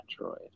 android